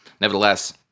Nevertheless